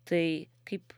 tai kaip